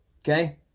Okay